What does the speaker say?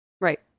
Right